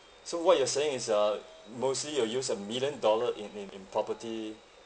so what you are saying is uh mostly you'll use a million dollar in in in property